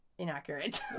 inaccurate